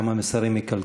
כמה מסרים ייקלטו.